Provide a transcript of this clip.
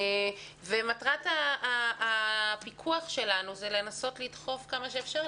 מטרת הפיקוח שלנו היא לנסות לדחוף ככל האפשר,